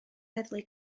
heddlu